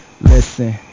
listen